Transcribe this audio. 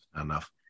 enough